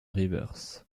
rivers